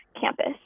campus